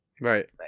Right